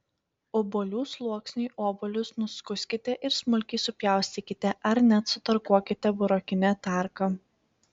obuolių sluoksniui obuolius nuskuskite ir smulkiai supjaustykite ar net sutarkuokite burokine tarka